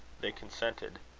they consented.